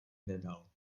nedal